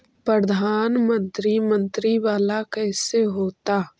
प्रधानमंत्री मंत्री वाला कैसे होता?